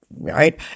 right